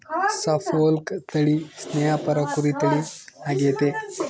Suffolk ತಳಿ ಸ್ನೇಹಪರ ಕುರಿ ತಳಿ ಆಗೆತೆ